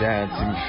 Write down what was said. dancing